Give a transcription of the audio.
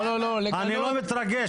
אתה לא צריך לענות.